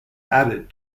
added